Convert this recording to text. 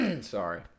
Sorry